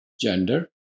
Gender